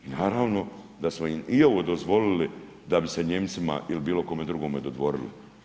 A naravno, da smo im i ovo dozvolili da bi se Nijemcima ili bilo kome drugome dodvorili.